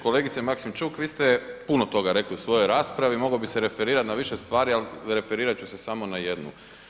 Kolegice Maksimčuk, vi ste puno toga rekli u svojoj raspravi, mogao bih se referirati na više stvari, ali referirati ću se samo na jednu.